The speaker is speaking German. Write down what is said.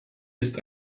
ist